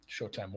Showtime